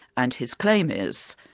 and his claim is,